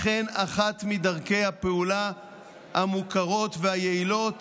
לכן, אחת מדרכי הפעולה המוכרות והיעילות